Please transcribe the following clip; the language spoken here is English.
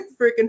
freaking